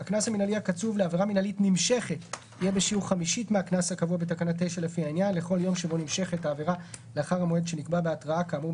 צריך לשים לב שזה אומר שכל הקנסות שנפרט עוד מעט